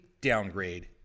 downgrade